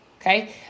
Okay